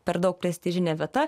per daug prestižinė vieta